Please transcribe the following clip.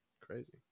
Crazy